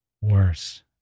worse